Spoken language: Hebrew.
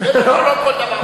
בטח שלא כל דבר.